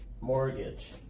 mortgage